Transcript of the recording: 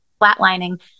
flatlining